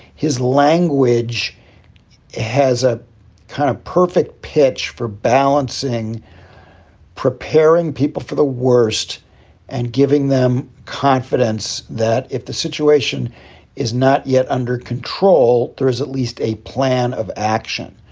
his language has a kind of perfect pitch for balancing preparing people for the worst and giving them confidence that if the situation is not yet under control, there is at least a plan of action.